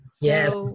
yes